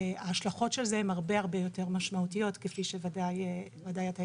ההשלכות של זה הן הרבה יותר משמעותיות כפי שוודאי אתה יודע.